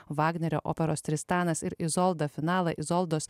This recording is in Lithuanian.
vagnerio operos tristanas ir izolda finalą izoldos